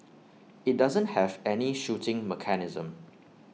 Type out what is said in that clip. IT doesn't have any shooting mechanism